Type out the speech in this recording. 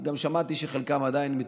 גם שמעתי שחלקם עדיין,